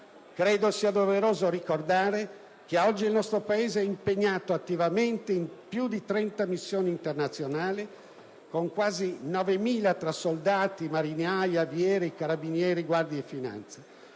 Credo sia doveroso ricordare che oggi il nostro Paese è impegnato attivamente in più di 30 missioni internazionali con quasi 9.000 tra soldati, marinai, avieri, carabinieri e finanzieri.